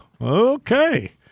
Okay